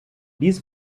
dies